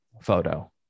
photo